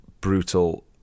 brutal